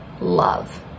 love